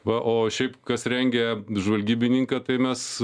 va o šiaip kas rengia žvalgybininką tai mes